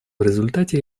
результате